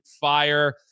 fire